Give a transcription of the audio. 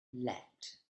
leapt